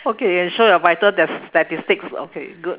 okay and show your vital stas~ statistics okay good